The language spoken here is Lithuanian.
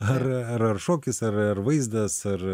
ar ar ar šokis ar vaizdas ar